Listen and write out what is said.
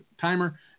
timer